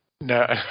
No